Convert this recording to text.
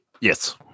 yes